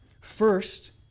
First